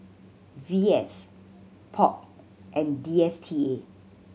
V S POP and D S T A